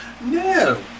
No